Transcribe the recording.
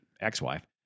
ex-wife